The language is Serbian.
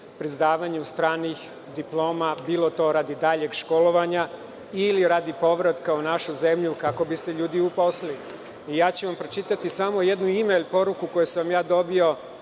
priznavanje stranih diploma, bilo to radi daljeg školovanja ili radi povratka u našu zemlju kako bi se ljudi zaposlili. Pročitaću vam samo jedno ime i poruku koju sam dobio